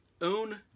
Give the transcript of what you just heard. own